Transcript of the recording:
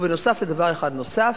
ונוסף על דבר אחד נוסף,